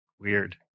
Weird